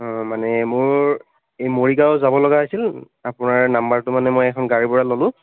ও মানে মোৰ মৰিগাঁও যাব লগা হৈছিল আপোনাৰ নাম্বাৰটো মানে মই এখন গাড়ীৰ পৰা ল'লোঁ